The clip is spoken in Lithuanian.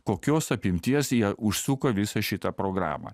kokios apimties jie užsuko visą šitą programą